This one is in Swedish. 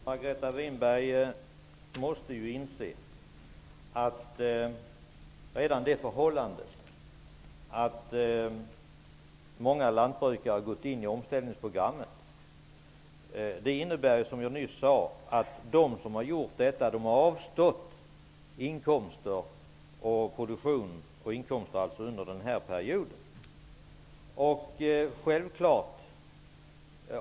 Fru talman! Margareta Winberg måste inse att det förhållandet att många lantbrukare har gått in i omställningsprogrammet innebär att de har avstått från produktion och inkomster av den under denna period.